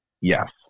Yes